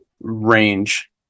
Range